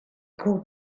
called